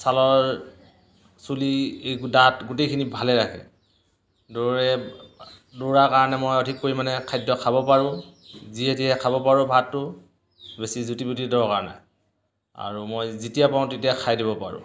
চালৰ চুলি এই দাঁত গোটেইখিনি ভালে ৰাখে দৌৰে দৌৰাৰ কাৰণে মই অধিক পৰিমাণে খাদ্য খাব পাৰোঁ যিয়ে দিয়ে খাব পাৰোঁ ভাতটো বেছি জুতি বুটি দৰকাৰ নাই আৰু মই যেতিয়া পাওঁ তেতিয়া খাই দিব পাৰোঁ